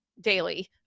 daily